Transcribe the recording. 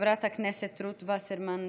חברת הכנסת רות וסרמן לנדה,